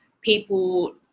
people